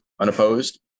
unopposed